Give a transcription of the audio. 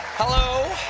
hello!